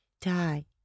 Die